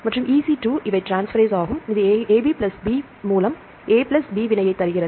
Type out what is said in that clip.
மற்றும் EC 2 இவை transpose ஆகும் இது AB பிளஸ் B மூலம் A பிளஸ் BC வினையை தருகிறது